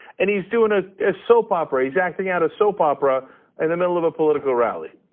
and he's doing ah a soap opera. he's acting out a soap opera in the middle of a political rally.